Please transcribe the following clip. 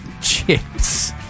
Chips